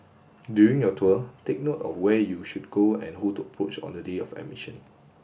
during your tour take note of where you should go and who to approach on the day of admission